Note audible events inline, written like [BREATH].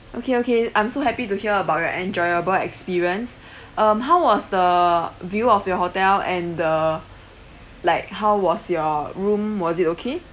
okay okay I'm so happy to hear about your enjoyable experience [BREATH] um how was the view of your hotel and the like how was your room was it okay